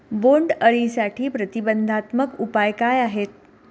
बोंडअळीसाठी प्रतिबंधात्मक उपाय काय आहेत?